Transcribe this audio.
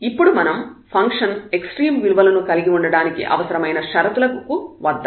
ఇప్పుడు మనం function extreme విలువలు కలిగి ఉండడానికి అవసరమైన షరతుల కండిషన్స్ conditions కు వద్దాం